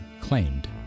claimed